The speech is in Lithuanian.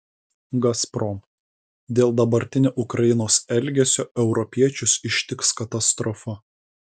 gazprom dėl dabartinio ukrainos elgesio europiečius ištiks katastrofa